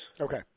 Okay